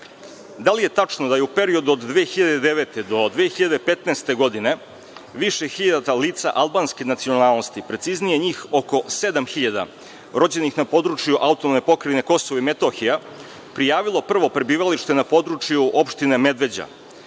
Da li je tačno da je u periodu od 2009. do 2015. godine više hiljada lica albanske nacionalnosti, preciznije njih oko 7.000 rođenih na području AP KiM, prijavilo prvo prebivalište na području opštine Medveđa,